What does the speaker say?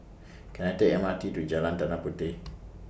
Can I Take M R T to Jalan Tanah Puteh